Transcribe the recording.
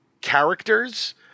characters